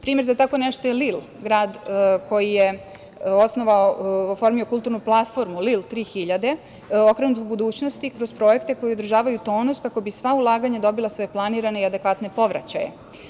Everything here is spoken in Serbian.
Primer za tako nešto je Lil, grad koji je osnovao i oformio kulturnu platformu „Lil 3000“, okrenut budućnosti kroz projekte koji održavaju tonus, kako bi sva ulaganja dobila svoje planirane i adekvatne povraćaje.